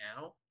now